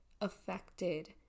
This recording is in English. affected